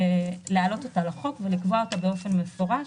להכניס אותה לחוק ולקבוע אותה באופן מפורש,